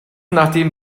nachdem